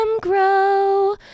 grow